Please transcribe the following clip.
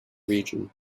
region